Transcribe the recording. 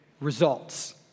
results